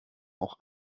auch